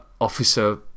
officer